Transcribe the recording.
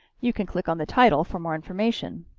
you can click on the title for more information.